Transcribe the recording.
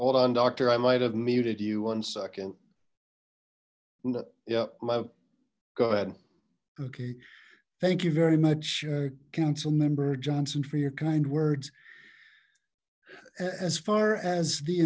hold on doctor i might have muted you one second yep go ahead okay thank you very much council member johnson for your kind words as far as the